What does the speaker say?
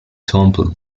temple